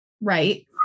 Right